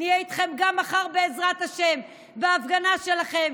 נהיה איתכם גם מחר, בעזרת השם, בהפגנה שלכם.